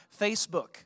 Facebook